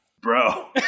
Bro